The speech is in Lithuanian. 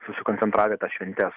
susikoncentravę į tas šventes